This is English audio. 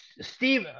steve